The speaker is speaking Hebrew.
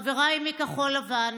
חבריי מכחול לבן,